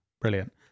brilliant